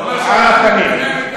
על הפנים.